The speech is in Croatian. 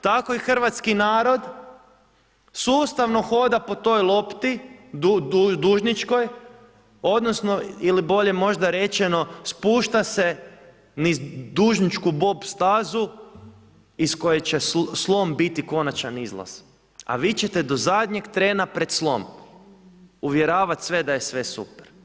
Tako i hrvatski narod sustavno hoda po toj lopti dužničkoj, odnosno ili bolje možda rečeno spušta se niz dužničku bob stazu iz koje će slom biti konačan izlaz a vi ćete do zadnjeg trena pred slom uvjeravati sve da je sve super.